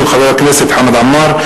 של חבר הכנסת חמד עמאר,